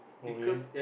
okay